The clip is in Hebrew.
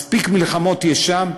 מספיק מלחמות יש שם.